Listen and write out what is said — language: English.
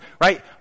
right